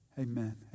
Amen